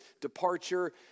departure